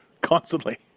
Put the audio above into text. constantly